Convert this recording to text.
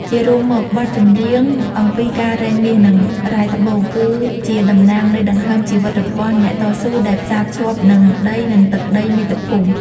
ជារួមមក បទចម្រៀងអំពីការរែងមាស និងរ៉ែត្បូង គឺជាតំណាងនៃដង្ហើមជីវិតរបស់អ្នកតស៊ូដែលផ្សារភ្ជាប់នឹងដី និងទឹកដីមាតុភូមិ។